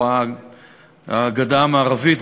או "הגדה המערבית",